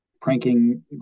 pranking